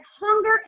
hunger